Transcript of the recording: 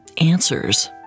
answers